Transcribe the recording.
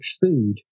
food